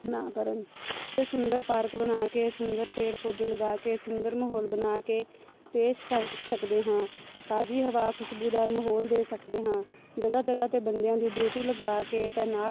ਨਾ ਕਰਨ ਫਿਰ ਸੁੰਦਰ ਪਾਰਕ ਬਣਾ ਕੇ ਸੁੰਦਰ ਪੇੜ ਪੌਦੇ ਲਗਾ ਕੇ ਸੁੰਦਰ ਮਾਹੌਲ ਬਣਾ ਕੇ ਪੇਸ਼ ਕਰ ਸਕਦੇ ਹਾਂ ਤਾਜੀ ਹਵਾ ਖੁਸ਼ਬੂਦਾਰ ਮਾਹੌਲ ਦੇ ਸਕਦੇ ਹਾਂ ਜਗ੍ਹਾ ਜਗ੍ਹਾ 'ਤੇ ਬੰਦਿਆਂ ਦੀ ਡਿਊਟੀ ਲਗਾ ਕੇ ਤੈਨਾਤ